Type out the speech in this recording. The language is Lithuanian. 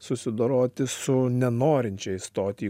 susidoroti su nenorinčiais stot į